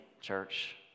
church